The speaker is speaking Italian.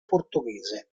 portoghese